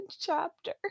chapter